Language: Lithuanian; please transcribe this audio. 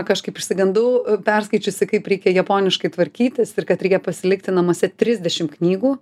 kažkaip išsigandau perskaičiusi kaip reikia japoniškai tvarkytis ir kad reikia pasilikti namuose trisdešim knygų